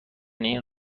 این